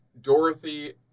Dorothy